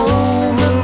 over